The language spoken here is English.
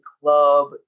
club